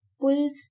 pulls